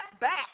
back